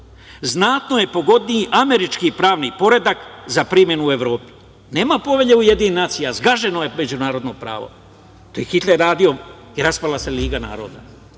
znatno je pogodniji američki pravni poredak, za primenu u Evropi. Nema povelje UN, zgaženo je međunarodno pravo. To je Hitler radio i raspala se liga naroda.